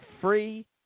free